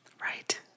Right